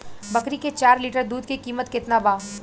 बकरी के चार लीटर दुध के किमत केतना बा?